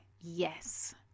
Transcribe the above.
yes